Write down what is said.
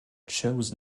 chose